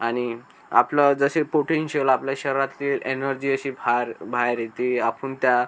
आणि आपलं जसे पोटेंशियल आपल्या शरीराततली एनर्जी अशी भार बाहेर येते आपण त्या